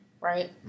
right